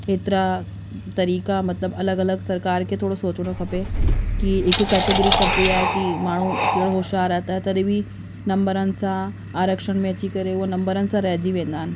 हेतिरा तरीक़ा मतिलबु अलॻि अलॻि सरकार खे थोरो सोचणो खपे की हिकु कैटेगरी कबी आहे की माण्हू कहिड़ो हुशियारु आहे त तॾहिं बि नंबरनि सां आरक्षण में अची करे उहे नंबरनि सां रहिजी वेंदा आहिनि